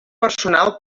personal